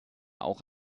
auch